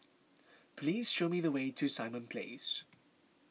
please show me the way to Simon Place